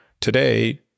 Today